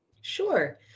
Sure